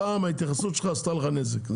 הפעם ההתייחסות שלך עשתה לך נזק.